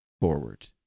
forward